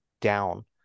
down